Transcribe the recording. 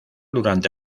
durante